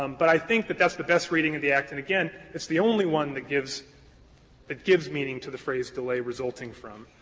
um but i think that that's the best reading of the act, and again, it's the only one that gives that gives meaning to the phrase delay resulting from.